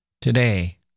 today